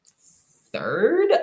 third